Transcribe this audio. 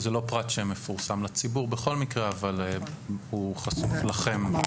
פרט שמפורסם לציבור, בכל מקרה, אבל הוא חשוף לכם.